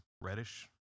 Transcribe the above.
reddish